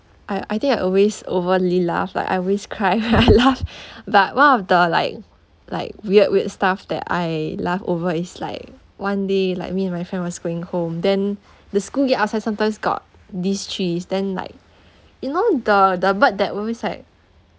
I I think I always overly laugh like I always cry when I laugh but one of the like like weird weird stuff that I laugh over is like one day like me and my friend was going home then the school gate outside sometimes got this trees then like you know the the bird that always like